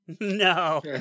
no